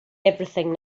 everything